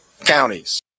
counties